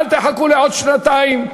אל תחכו לעוד שנתיים,